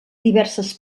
diverses